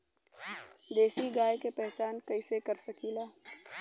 देशी गाय के पहचान कइसे कर सकीला?